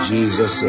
Jesus